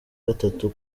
gatatu